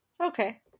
Okay